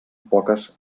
poques